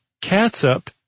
catsup